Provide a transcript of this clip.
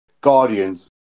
Guardians